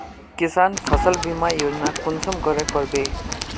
किसान फसल बीमा योजना कुंसम करे करबे?